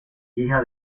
hija